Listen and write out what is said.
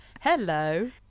Hello